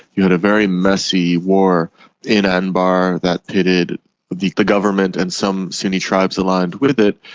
you had a very messy war in anbar that pitted the the government and some sunni tribes aligned with it,